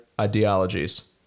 ideologies